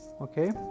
okay